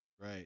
Right